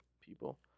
people